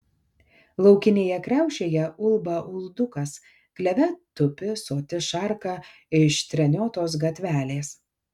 laukinėje kriaušėje ulba uldukas kleve tupi soti šarka iš treniotos gatvelės